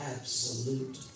absolute